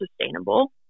sustainable